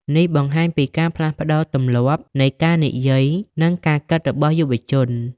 នេះបង្ហាញពីការផ្លាស់ប្តូរទម្លាប់នៃការនិយាយនិងការគិតរបស់យុវជន។